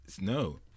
No